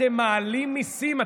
אתם מעלים מיסים,